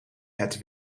het